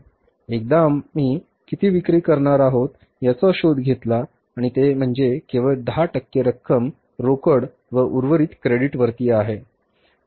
एकदा आम्ही किती विक्री करणार आहोत याचा शोध घेतला आणि ते म्हणजे केवळ 10 टक्के रक्कम रोकड व उर्वरित क्रेडिट वरती आहे